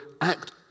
Act